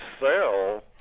sell